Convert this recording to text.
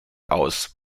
aus